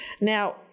Now